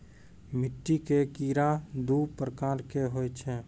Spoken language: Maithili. मिट्टी के कीड़ा दू प्रकार के होय छै